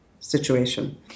Situation